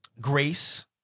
grace